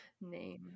name